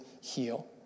heal